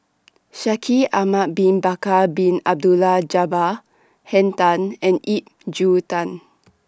Shaikh Ahmad Bin Bakar Bin Abdullah Jabbar Henn Tan and Ip Tung